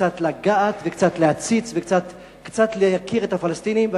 וקצת לגעת, וקצת להציץ, וקצת להכיר את הפלסטינים.